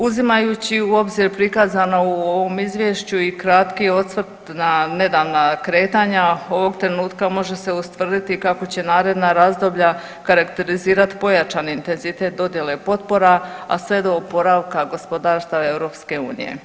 Uzimajući u obzir prikazano u ovom izvješću i kratki osvrt na nedavna kretanja ovog trenutka može se ustvrditi kako će naredna razdoblja karakterizirat pojačani intenzitet dodjele potpora, a sve do oporavka gospodarstava EU.